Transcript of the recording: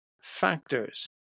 factors